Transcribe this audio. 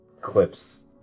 clips